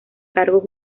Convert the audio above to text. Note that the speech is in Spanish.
cargos